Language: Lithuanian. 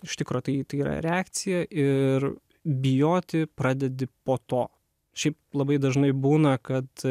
iš tikro tai tai yra reakcija ir bijoti pradedi po to šiaip labai dažnai būna kad